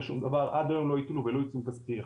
שום דבר עד היום לא יטילו אפילו עיצום כספי אחד.